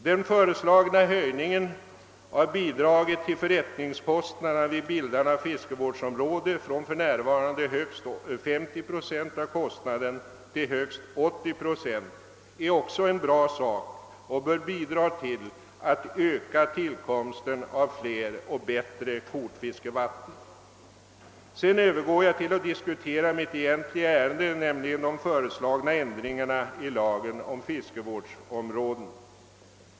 Den föreslagna höjningen av bidraget till förrättningskostnader vid bildandet av fiskevårdsområde från för närvarande högst 50 procent av kostnaden till högst 80 procent är också en bra sak som bör bidra till tillkomsten av fler och bättre kortfiskeområden. Sedan övergår jag till att diskutera mitt egentliga ärende, nämligen de föreslagna ändringarna i lagen om fiskevårdsområden.